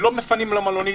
אבל לא מפנים למלונית.